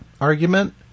argument